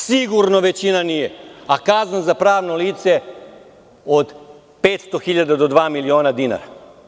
Sigurno većina nije, a kazna za pravno lice je od 500.000 do dva miliona dinara.